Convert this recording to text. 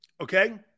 Okay